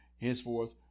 Henceforth